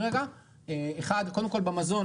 קודם כל במזון,